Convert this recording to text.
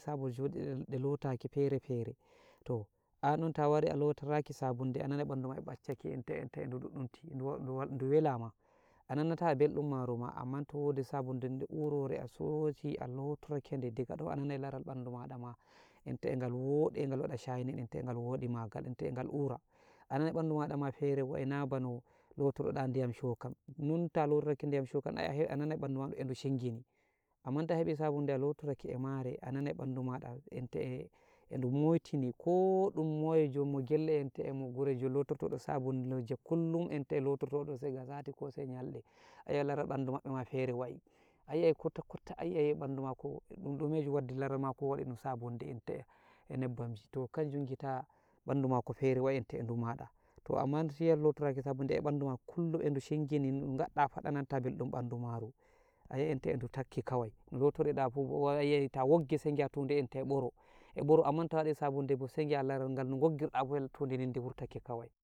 sabo juɗaɗe dee lotaki fere-fere, toh an'ɗun ta wari a lotoraki sabunde, ananai ɓandu mada e baccaki, enta-enta, eɗu ɗuɗɗunti, du welama, ananata belɗum maru ma, amman to wodi sabunde de urure a soshi a lotorake, diga do ananai laral ɓandu maɗa ma enta e ngal woɗi e ngal waɗa shainin, enta e wodi magal, enta e ngal ura, ananai baɗɗu maɗa ma fere wayi, nabano lotoroɗa diyam shokam, non ta lotorake diyam shokam, ai ananai baɗɗu maɗun edu singini, amman ta hebi sabunde a lotorake e mare, ananai baɗɗu maɗa enta edu moitini, ko ɗum moye jo mo gelle, enta emo goroje lototodo e sabunde je kullum, enta e lototodo ega sati ko sai nyalde, ayi'ai laral baɗɗu mabbema fere wa'i, ayi'ai kota-kota, ayi'ai bɗɗdu mako ɗun ɗume waddi laral mako wodi, ɗun sabunde enta e nebbamji, toh kanjum ngita ɓandu mako fere wa'inta e do maɗa, toh amman shiya lotoraki sabunde e baɗɗuma kullum ede shingini, no ngatta pat, ananta belɗum baɗɗu maru, ayi'ai enta e du takki kawai, no lotiriɗa bo fuh, ayi'ai ta woggi sai ngi'a tudi enta e boro, e boro, amman ta waɗi sabunde bo, sai ngi'a laral ngal, no ngodirɗa fuh tudidin, di wurtake kawai.